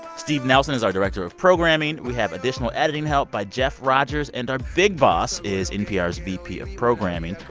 steve nelson is our director of programming. we have additional editing helped by jeff rogers. and our big boss is npr's vp of programming,